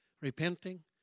repenting